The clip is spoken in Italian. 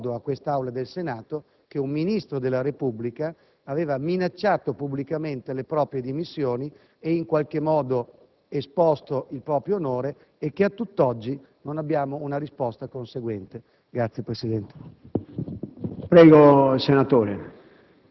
mettere in piazza più di tanto, ma ricordo a quest'Aula che un Ministro della Repubblica aveva minacciato pubblicamente le proprie dimissioni e in qualche modo esposto il proprio onore e che, a tutt'oggi, non abbiamo una risposta conseguente.